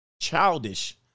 Childish